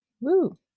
woo